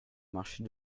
marché